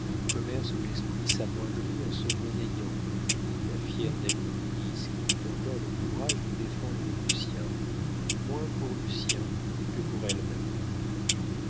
commerce où l'esprit s'amoindrit en se monnayant dit la fière nègrepelisse qui eut encore le courage de défendre lucien moins pour lucien que pour elle-même